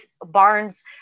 Barnes